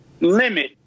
limit